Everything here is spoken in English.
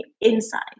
inside